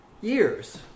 years